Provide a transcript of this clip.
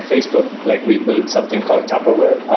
facebook, like we built something called tupperware.